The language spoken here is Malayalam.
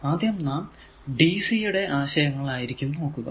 ആദ്യം നാം ഡി സി യുടെ ആശയങ്ങൾ ആയിരിക്കും നോക്കുക